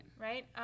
Right